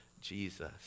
Jesus